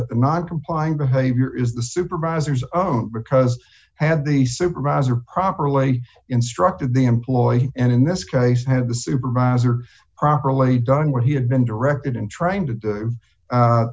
a not complying behavior is the supervisors own because had the supervisor properly instructed the employee and in this case had the supervisor properly done what he had been directed in trying to